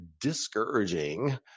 discouraging